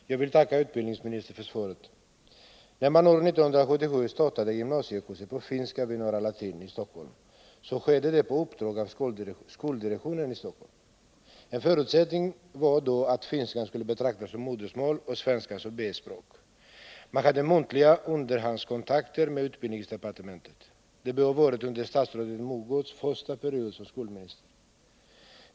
Herr talman! Jag tackar utbildningsministern för svaret. När man år 1977 startade gymnasiekurser på finska vid Norra latin, skedde det på uppdrag av skoldirektionen. En förutsättning var då att finskan skulle betraktas som modersmål och svenskan som B-språk. Man hade muntliga underhandskontakter med utbildningsdepartementet — det bör ha varit under statsrådet Mogårds första period som skolminister.